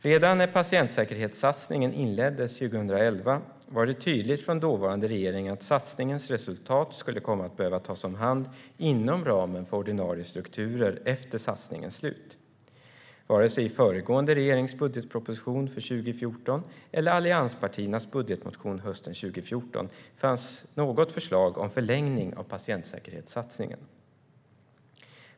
Redan när patientsäkerhetssatsningen inleddes 2011 var det tydligt från dåvarande regering att satsningens resultat skulle komma att behöva tas om hand inom ramen för ordinarie strukturer efter satsningens slut. Vare sig i föregående regerings budgetproposition för 2014 eller allianspartiernas budgetmotion hösten 2014 fanns något förslag om förlängning av patientsäkerhetssatsningen.